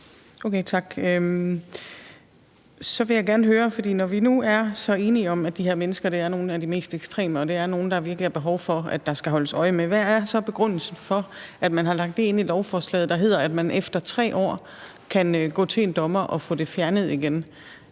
Okay, tak. Når vi nu er enige om, at de her mennesker er nogle af de mest ekstreme og nogle, der virkelig er behov for at holde øje med, så vil jeg gerne høre, hvad der så er begrundelsen for, at det er lagt ind i lovforslaget, at man efter 3 år kan gå til en dommer og få det fjernet igen.